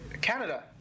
Canada